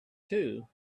too